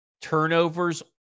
turnovers